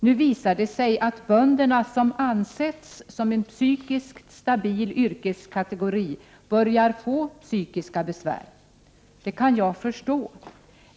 Nu visar det sig att bönderna, som ansetts som en psykiskt stabil yrkeskategori, också börjat få psykiska besvär. Det kan jag förstå.